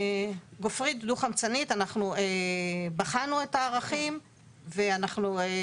גופרית דו חמצנית: אנחנו בחנו את הערכים ואת